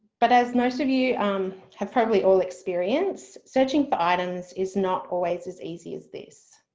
but as most of you um have probably all experienced searching for items is not always as easy as this.